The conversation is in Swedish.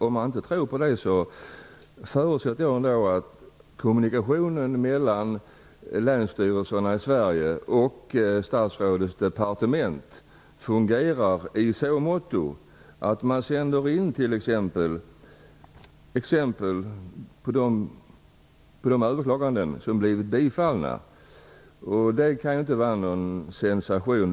Om man inte tror på det, förutsätter jag ändå att kommunikationen mellan länsstyrelserna i Sverige och statsrådets departement fungerar i så måtto att man sänder in exempel på de överklaganden som bifallits. Det kan inte vara någon sensation.